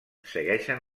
segueixen